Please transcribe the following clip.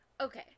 Okay